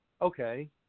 Okay